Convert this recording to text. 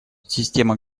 система